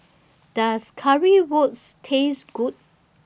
Does Currywurst Taste Good